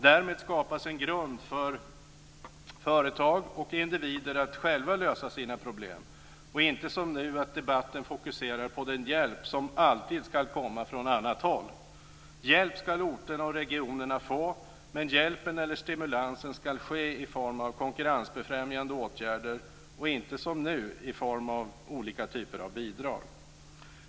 Därmed skapas en grund för företag och individer att själva lösa sina problem och inte som nu att debatten fokuserar på den hjälp som alltid ska komma från annat håll. Hjälp ska orterna och regionerna få, men hjälpen eller stimulansen ska ske i form av konkurrensbefrämjande åtgärder och inte som nu i form av olika typer av bidrag.